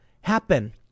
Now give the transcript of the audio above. happen